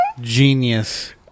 Genius